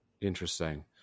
Interesting